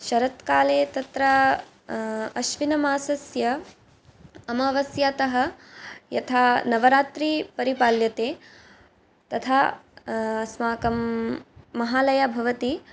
शरत्काले तत्र आश्वीजमासस्य अमावस्यातः यथा नवरात्री परिपाल्यते तथा अस्माकं महालय भवति